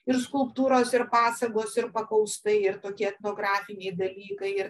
ir skulptūros ir pasagos ir pakaustai ir tokie etnografiniai dalykai ir